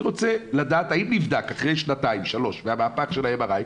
אני רוצה לדעת האם נבדק אחרי שנתיים שלוש מהמאבק של ה-MRI,